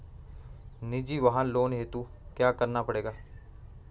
निजी वाहन लोन हेतु क्या करना पड़ेगा?